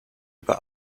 über